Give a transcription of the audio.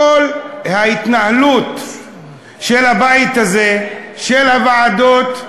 הכול, ההתנהלות של הבית הזה, של הוועדות,